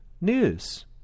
news